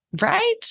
Right